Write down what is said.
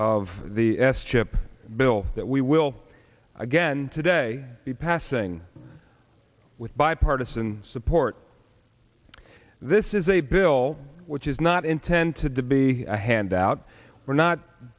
of the s chip bill that we will again today be passing with bipartisan support this is a bill which is not intend to debate a handout or not